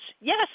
Yes